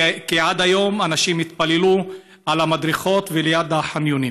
כי עד היום אנשים התפללו על המדרכות וליד החניונים.